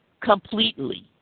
completely